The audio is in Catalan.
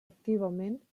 activament